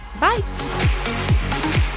Bye